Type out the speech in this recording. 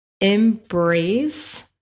Embrace